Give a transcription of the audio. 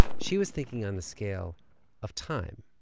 she was thinking on the scale of time